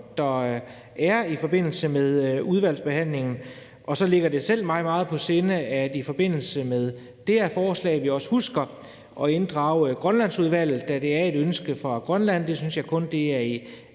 der er i forbindelse med udvalgsbehandlingen. Og så ligger det mig også meget på sinde, at vi i forbindelse med det her forslag også husker at inddrage Grønlandsudvalget, da det er et ønske fra Grønland. Det synes jeg kun er